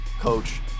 coach